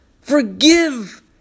forgive